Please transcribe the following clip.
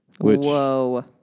Whoa